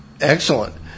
Excellent